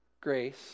grace